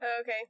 Okay